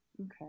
Okay